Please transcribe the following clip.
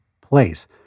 place